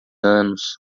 anos